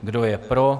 Kdo je pro?